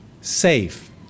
safe